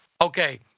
Okay